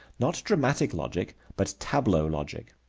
not dramatic logic, but tableau logic.